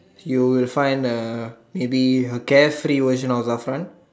you will find uh maybe a carefree version of last time